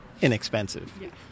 inexpensive